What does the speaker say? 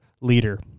leader